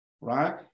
right